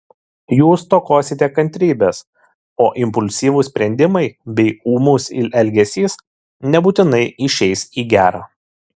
jūs stokosite kantrybės o impulsyvūs sprendimai bei ūmus elgesys nebūtinai išeis į gera